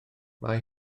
mae